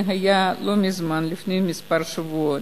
זה היה לא מזמן, לפני כמה שבועות.